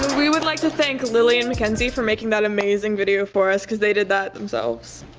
we would like to thank lily and mackenzie for making that amazing video for us because they did that themselves.